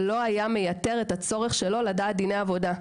לא היה מייתר את הצורך שלו לדעת דיני עבודה.